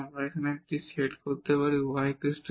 আমরা এখানে সেট করতে পারি y 0